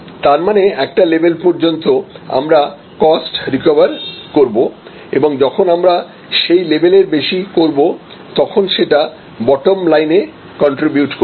তার মানে একটা লেভেল পর্যন্ত আমরা কষ্ট রিকভার করব এবং যখন আমরা সেই লেভেলের বেশি করব তখন সেটা বটম লাইন এ কন্ট্রিবিউট করবে